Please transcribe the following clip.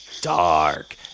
dark